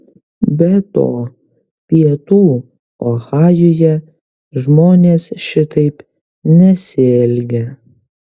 be to pietų ohajuje žmonės šitaip nesielgia